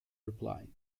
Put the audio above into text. reply